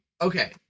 okay